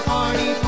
Party